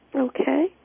Okay